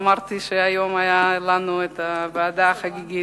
אמרתי שהיום היתה לנו ישיבת ועדה חגיגית,